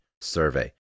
survey